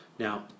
Now